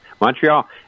Montreal